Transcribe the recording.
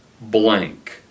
blank